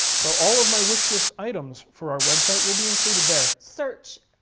so all of my wishlist items for our website will be included there. search.